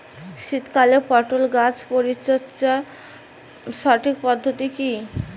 শীতকালে পটল গাছ পরিচর্যার সঠিক পদ্ধতি কী?